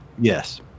Yes